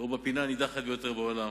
או בפינה הנידחת ביותר בעולם.